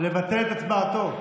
לבטל את הצבעתו.